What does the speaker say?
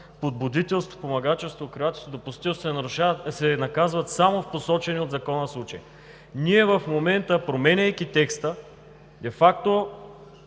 подбудителство, помагачество, укривателство, допустителство се наказват само в посочени от закона случаи. Ние в момента, променяйки текста, де факто